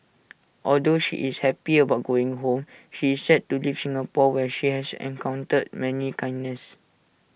although she is happy about going home she is sad to leave Singapore where she has encountered much kindness